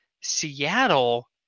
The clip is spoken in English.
Seattle